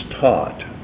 taught